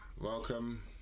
Welcome